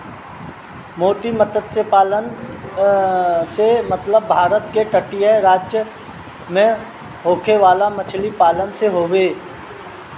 मोती मतस्य पालन से मतलब भारत के तटीय राज्य में होखे वाला मछरी पालन से हवे